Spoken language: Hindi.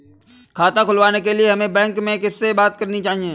खाता खुलवाने के लिए हमें बैंक में किससे बात करनी चाहिए?